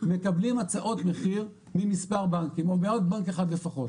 מקבלים הצעות מחיר ממספר בנקים או מעוד בנק אחד לפחות.